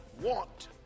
want